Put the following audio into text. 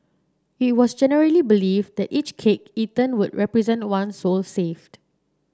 it was generally believed that each cake eaten would represent one soul saved